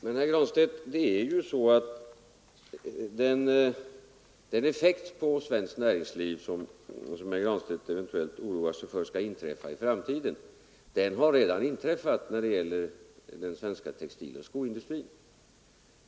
Herr talman! Men det är ju så, herr Granstedt, att den effekt på svenskt näringsliv som herr Granstedt oroar sig för eventuellt skall inträffa i framtiden redan har inträffat när det gäller den svenska textiloch sko 201 industrin.